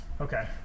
Okay